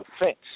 offense